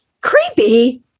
creepy